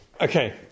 Okay